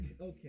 Okay